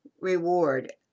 reward